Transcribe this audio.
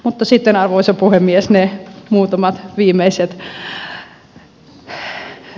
mutta sitten arvoisa puhemies ne muutamat viimeiset rivimme